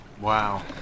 Wow